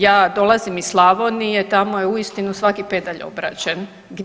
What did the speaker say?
Ja dolazim iz Slavonije tamo je uistinu svaki pedalj obrađen.